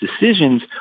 decisions